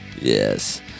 yes